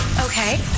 Okay